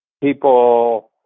people